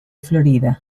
florida